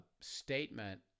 statement